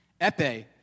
Epe